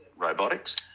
robotics